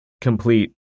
complete